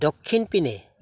দক্ষিণপিনে